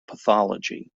pathology